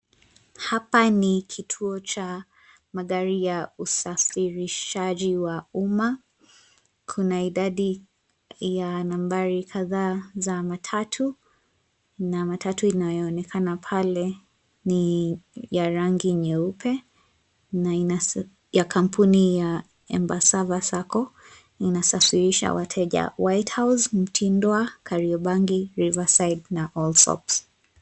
Hapa ni kituo cha magari ya usafirishaji wa umma. Kuna idadi ya nambari kadhaa za matatu na matatu inayoonekana pale ni ya rangi nyeupe na ya kampuni ya Embasavva Sacco, inasafirisha wateja Whitehouse, Mtindwa, Kariobangi, Riverside na Allsops.